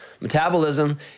metabolism